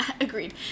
Agreed